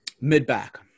mid-back